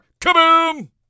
kaboom